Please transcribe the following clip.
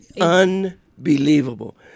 Unbelievable